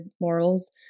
morals